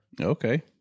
Okay